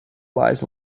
lies